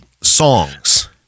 songs